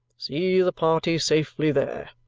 see the party safely there.